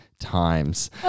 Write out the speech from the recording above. Times